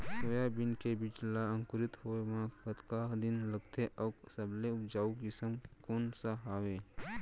Soybean के बीज ला अंकुरित होय म कतका दिन लगथे, अऊ सबले उपजाऊ किसम कोन सा हवये?